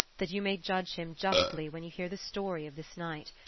that you may judge him justly when you hear the story of this night.